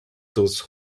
those